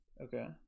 Okay